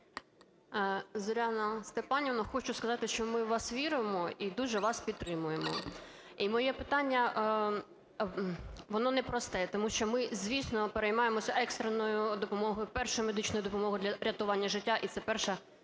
Зоряна Степанівна, хочу сказати, що ми в вас віримо і дуже вас підтримуємо. І моє питання, воно непросте, тому що ми, звісно, переймаємося екстреною допомогою, першою медичною допомогою для рятування життя, і це перша